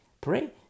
pray